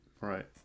Right